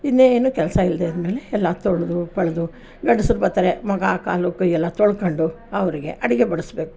ಇನ್ನೇನು ಕೆಲಸ ಇಲ್ಲದೆ ಇದ್ದಮೇಲೆ ಎಲ್ಲ ತೊಳೆದು ಪಳ್ದು ಗಂಡಸ್ರು ಬರ್ತಾರೆ ಮುಖ ಕಾಲು ಕೈಯ್ಯೆಲ್ಲ ತೊಳ್ಕೊಂಡು ಅವರಿಗೆ ಅಡುಗೆ ಬಡಿಸ್ಬೇಕು